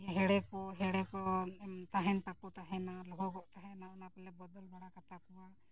ᱦᱮᱲᱮ ᱠᱚ ᱦᱮᱲᱮ ᱠᱚ ᱛᱟᱦᱮᱱ ᱛᱟᱠᱚ ᱛᱟᱦᱮᱱᱟ ᱞᱚᱦᱚᱫᱚᱜ ᱛᱟᱦᱮᱱᱟ ᱚᱱᱟ ᱠᱚᱞᱮ ᱵᱚᱫᱚᱞ ᱵᱟᱲᱟ ᱠᱟᱛᱟ ᱠᱚᱣᱟ